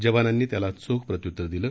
जवानांनी त्याला चोख प्रत्युत्तर दिलं